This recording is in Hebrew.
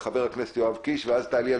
אני לא נכנס